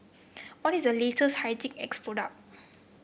what is the latest Hygin X product